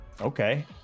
Okay